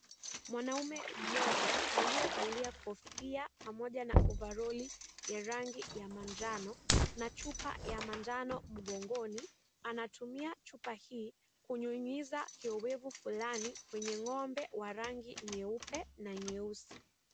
Mwanaume mmoja, aliyevalia kofia pamoja na ovaroli ya rangi ya manjano, na chupa ya manjano mgongoni. Anatumia chupa hii, kunyunyiza kioevu fulani kwenye ng'ombe wa rangi nyeupe na nyeusi.